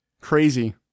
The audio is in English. crazy